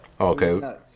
Okay